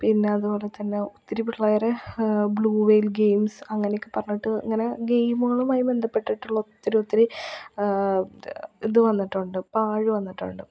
പിന്നെ അതുപോലെ തന്നെ ഒത്തിരി പിള്ളേരെ ബ്ലൂ വൈൽ ഗെയിംസ് അങ്ങനെ ഒക്കെ പറഞ്ഞിട്ട് ഇങ്ങനെ ഗെയിമുകളുമായി ബന്ധപ്പെട്ടിട്ടുള്ള ഒത്തിരി ഒത്തിരി ഇത് വന്നിട്ടുണ്ട് പാഴ് വന്നിട്ടുണ്ട്